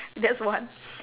that's one